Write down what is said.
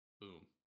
Boom